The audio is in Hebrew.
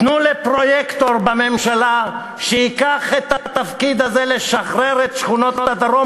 תנו לפרויקטור בממשלה שייקח את התפקיד הזה לשחרר את שכונות הדרום,